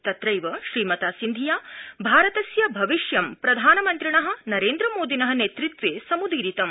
तत्रैव श्रीमता सिन्धिया भारतस्य भविष्यं प्रधानमन्त्रिण नरेन्द्र मोदिनो नेतृत्वे समूदीरितम्